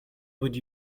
would